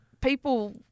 people